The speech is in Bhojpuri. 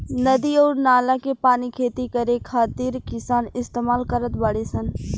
नदी अउर नाला के पानी खेती करे खातिर किसान इस्तमाल करत बाडे सन